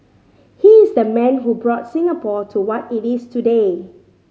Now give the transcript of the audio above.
he is the man who brought Singapore to what it is today